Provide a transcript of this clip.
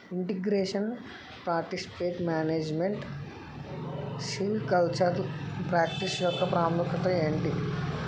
integration forest pest management silvicultural practice యెక్క ప్రాముఖ్యత ఏంటి